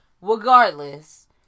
Regardless